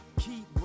Keep